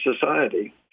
society